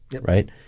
right